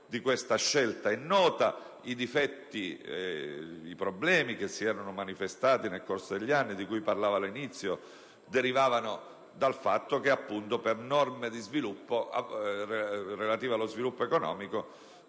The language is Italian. è nota: i problemi che si erano manifestati nel corso degli anni e di cui parlavo all'inizio derivavano dal fatto che attraverso norme relative allo sviluppo economico